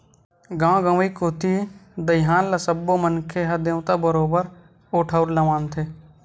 गाँव गंवई कोती दईहान ल सब्बो मनखे मन ह देवता बरोबर ओ ठउर ल मानथे